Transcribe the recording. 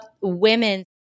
women